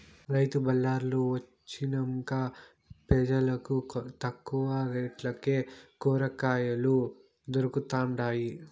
రైతు బళార్లు వొచ్చినంక పెజలకు తక్కువ రేట్లకే కూరకాయలు దొరకతండాయి